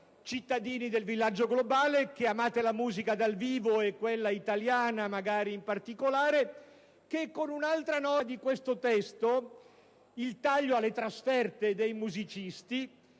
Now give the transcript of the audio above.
cittadini del villaggio globale che amate la musica dal vivo, e quella italiana, magari, in particolare, che con un'altra norma di questo testo, concernente il taglio alle trasferte dei musicisti,